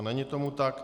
Není tomu tak.